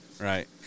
Right